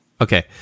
Okay